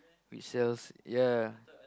which sells ya ya ya